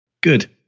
Good